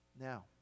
Now